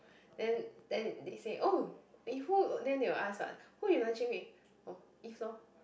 then then they say oh with who then they will what who you lunching with oh Eve loh